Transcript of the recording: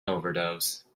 overdose